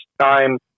time